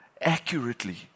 accurately